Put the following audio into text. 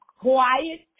quiet